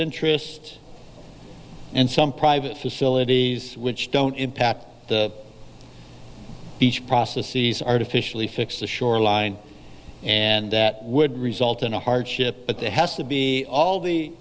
interest and some private facilities which don't impact the each process sees artificially fix the shoreline and that would result in a hardship but there has to be all the